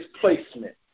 placement